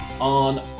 on